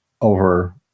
over